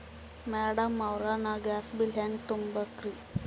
Madam ಅವ್ರ, ನಾ gas bill ಹೆಂಗ ತುಂಬಾ ಬೇಕ್ರಿ?